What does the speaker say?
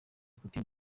putin